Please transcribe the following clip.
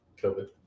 COVID